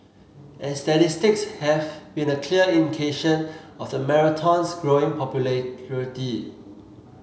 and statistics have been a clear indication of the marathon's growing popularity